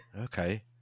Okay